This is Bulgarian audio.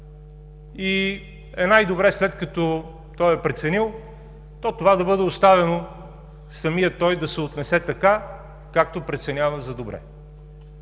и е най-добре, след като е преценил, това да бъде оставено самият той да се отнесе така, както преценява за добре.